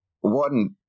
One